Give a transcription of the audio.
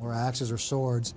or axes or swords,